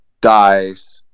dies